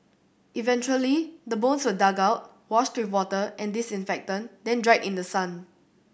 eventually the bones were dug out washed with water and disinfectant then dried in the sun